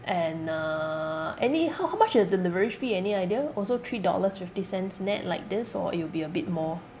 and uh any how how much is the delivery fee any idea also three dollars fifty cents nett like this or it'll be a bit more